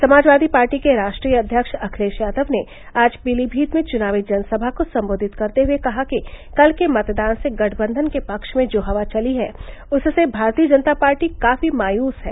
Samajwadi party के राष्ट्रीय अध्यक्ष अखिलेश यादव ने आज पीलीभीत में चुनावी जनसभा को सम्बोधित करते हुये कहा कि कल के मतदान से गठबंधन के पक्ष में जो हवा चली है उससे भारतीय जनता पार्टी काफी मायूस है